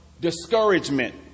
discouragement